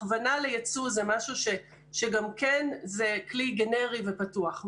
הכוונה לייצוא זה גם כן כלי גנרי ופתוח.